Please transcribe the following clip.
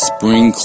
Spring